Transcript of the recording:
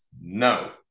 No